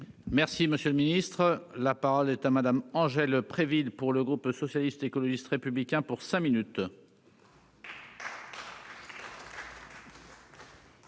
Merci monsieur le ministre, la parole est à madame Angèle Préville pour le groupe socialiste, écologiste républicains pour cinq minutes.